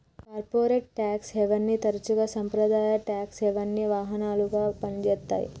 corporate tax హెవెన్ని తరచుగా సాంప్రదాయ ట్యేక్స్ హెవెన్కి వాహనాలుగా పనిచేత్తాయి